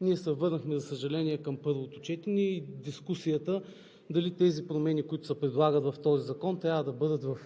ние се върнахме, за съжаление, към първото четене и дискусията дали тези промени, които се предлагат в този закон, трябва да бъдат в